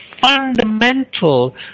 fundamental